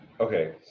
okay